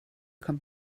kommt